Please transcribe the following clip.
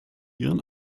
ihren